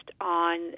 on